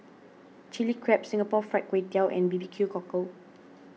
Chilli Crab Singapore Fried Kway Tiao and B B Q Cockle